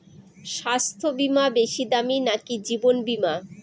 স্বাস্থ্য বীমা বেশী দামী নাকি জীবন বীমা?